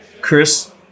Chris